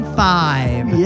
five